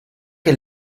que